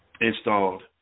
installed